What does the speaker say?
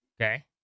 Okay